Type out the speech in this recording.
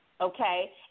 okay